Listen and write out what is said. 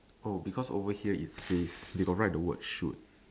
oh because over here is says they got write the word shoot